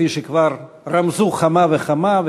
כפי שכבר רמזו כמה וכמה,